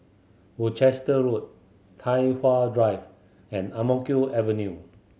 Worcester Road Tai Hwan Drive and Ang Mo Kio Avenue